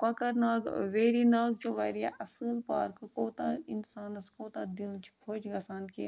کۄکَر ناگ ویری ناگ چھِ واریاہ اَصٕل پارکہٕ کوتاہ اِنسانَس کوتاہ دِل چھِ خوش گژھان کہِ